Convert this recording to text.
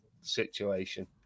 situation